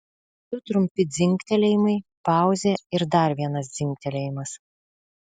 du trumpi dzingtelėjimai pauzė ir dar vienas dzingtelėjimas